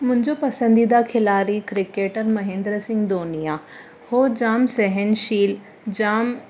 मुंहिंजो पसंदीदा खिलाड़ी क्रिकेटर महेंद्र सिंह धोनी आहे उहो जाम सहिनशील जाम